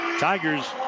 Tigers